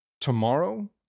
Tomorrow